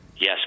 Yes